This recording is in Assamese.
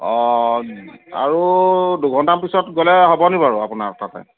অ আৰু দুঘণ্টামান পিছত গ'লে হ'বনি বাৰু আপোনাৰ তাতে